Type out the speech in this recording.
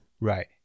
Right